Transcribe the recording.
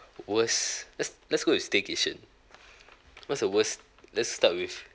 worst let's let's go with staycation what's the worst let's start with